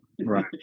Right